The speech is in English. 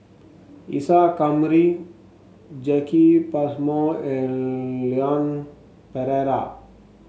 Isa Kamari Jacki Passmore and Leon Perera